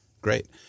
Great